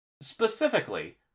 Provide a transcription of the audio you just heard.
Specifically